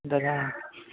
দাদা